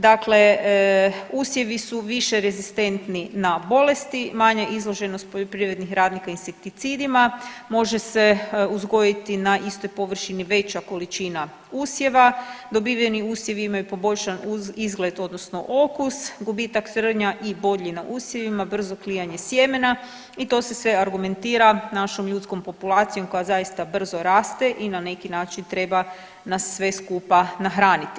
Dakle usjevi su više rezistentni na bolesti, manja izloženost poljoprivrednih radnika insekticidima, može se uzgojiti na istoj površini veća količina usjeva, dobiveni usjevi imaju poboljšan izgled odnosno okus, gubitak trnja i bodlji na usjevima, brzo klijanje sjemena i to se sve argumentira našom ljudskom populacijom koja zaista brzo raste i na neki način treba nas sve skupa nahraniti.